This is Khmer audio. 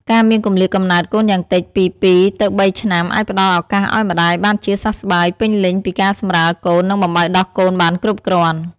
ការមានគម្លាតកំណើតកូនយ៉ាងតិចពី ២ ទៅ ៣ ឆ្នាំ អាចផ្តល់ឱកាសឲ្យម្តាយបានជាសះស្បើយពេញលេញពីការសម្រាលកូន និងបំបៅដោះកូនបានគ្រប់គ្រាន់។